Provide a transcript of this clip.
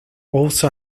also